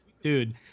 dude